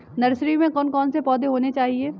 Nursery में कौन कौन से पौधे होने चाहिए?